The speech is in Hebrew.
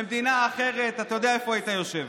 במדינה אחרת אתה יודע איפה היית יושב.